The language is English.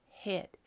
head